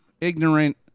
ignorant